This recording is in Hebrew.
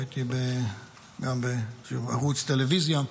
ראיתי גם בערוץ טלוויזיה,